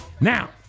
Now